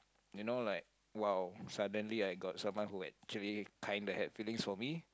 you know like [wow] suddenly I got someone who actually kinda had feelings for me